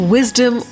Wisdom